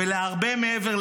ולהרבה מעבר,